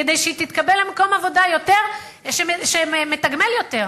כדי שהיא תתקבל למקום עבודה שמתגמל יותר.